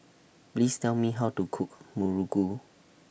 Please Tell Me How to Cook Muruku